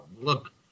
look